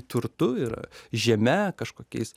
turtu ir žeme kažkokiais